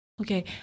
Okay